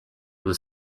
with